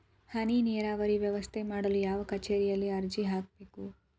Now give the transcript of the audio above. ಹನಿ ನೇರಾವರಿ ವ್ಯವಸ್ಥೆ ಮಾಡಲು ಯಾವ ಕಚೇರಿಯಲ್ಲಿ ಅರ್ಜಿ ಹಾಕಬೇಕು?